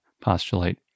postulate